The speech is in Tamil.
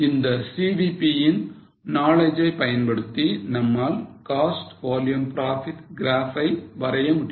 இந்த CVP இன் knowledge ஐ பயன்படுத்தி நம்மால் cost volume profit graph ஐ வரைய முடியும்